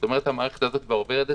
זאת מערכת שעובדת